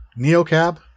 Neocab